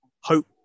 hope